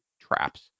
traps